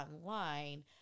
online